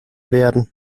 werden